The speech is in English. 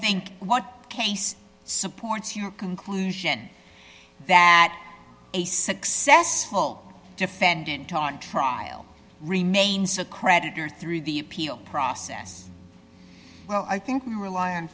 think what case supports your conclusion that a successful defendant on trial remains a creditor through the appeals process well i think we rely on